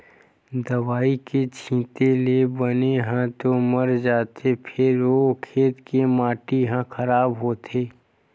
दवई के छिते ले बन ह तो मर जाथे फेर ओ खेत के माटी ह खराब होथे